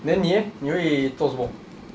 then 你 eh 你会做什么